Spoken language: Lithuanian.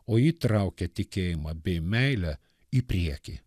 o ji traukia tikėjimą bei meilę į priekį